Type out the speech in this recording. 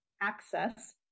access